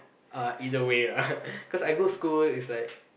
uh either way lah cause I go school is like